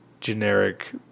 generic